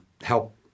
help